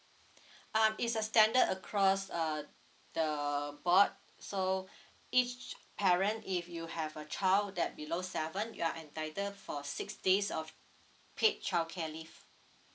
um it's a standard across err the board so each parent if you have a child that below seven you are entitled for six days of paid childcare leave